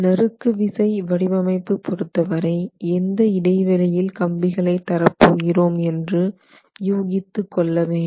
நறுக்கு விசை வடிவமைப்பு பொறுத்தவரை எந்த இடைவெளியில் கம்பிகளை தரப் போகிறோம் என்று யூகித்து கொள்ள வேண்டும்